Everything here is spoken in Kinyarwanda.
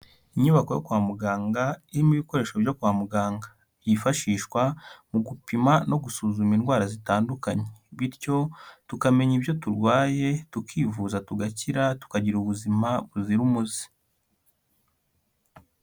Inyubako yo kwa muganga irimo ibikoresho byo kwa muganga byifashishwa mu gupima no gusuzuma indwara zitandukanye bityo tukamenya ibyo turwaye tukivuza tugakira tukagira ubuzima buzira umuze.